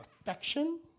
affection